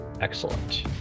Excellent